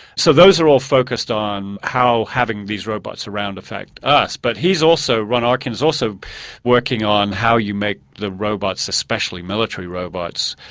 so those are all focused on how having these robots around affect us but he's also, ron arkin, is also working on how you make the robots, especially military robots,